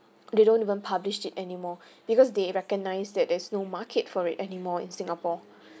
they don't even published it anymore because they recognize that there's no market for it anymore in singapore